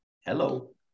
Hello